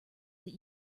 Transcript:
that